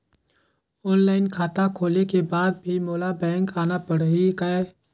Online खाता खोले के बाद भी मोला बैंक आना पड़ही काय?